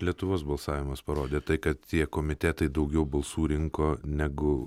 lietuvos balsavimas parodė tai kad tie komitetai daugiau balsų rinko negu